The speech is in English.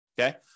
Okay